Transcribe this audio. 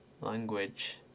language